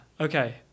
okay